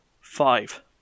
five